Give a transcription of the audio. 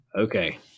okay